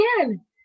again